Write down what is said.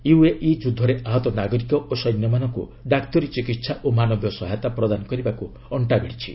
UAE ଯୁଦ୍ଧରେ ଆହତ ନାଗରିକ ଓ ସୈନ୍ୟମାନଙ୍କୁ ଡାକ୍ତରୀ ଚିକିିି୍ସା ଓ ମାନବୀୟ ସହାୟତା ପ୍ରଦାନ କରିବାକୁ ଅଣ୍ଟା ଭିଡ଼ିଛି